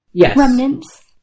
remnants